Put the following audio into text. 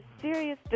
serious